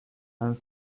and